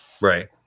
Right